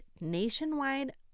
nationwide